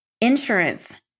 Insurance